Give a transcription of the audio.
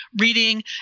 reading